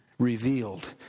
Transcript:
Revealed